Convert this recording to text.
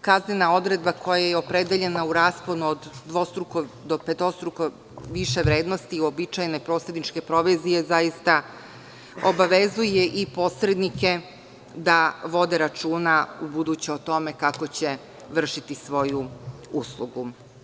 kaznena odredba koja je opredeljena u rasponu od dvostruko do petostruko više vrednosti uobičajene posredničke provizije zaista obavezuje i posrednike da vode računa ubuduće o tome kako će vršiti svoju uslugu.